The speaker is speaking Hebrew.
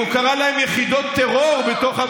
הוא קרא להם יחידת טרור בתוך,